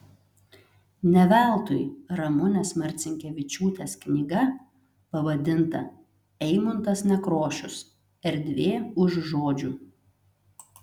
ne veltui ramunės marcinkevičiūtės knyga pavadinta eimuntas nekrošius erdvė už žodžių